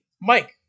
Mike